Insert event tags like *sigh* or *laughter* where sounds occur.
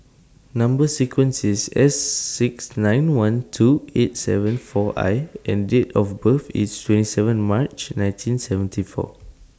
Number sequence IS S six nine one two eight seven *noise* four I and Date of birth IS twenty seven March nineteen seventy four